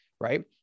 right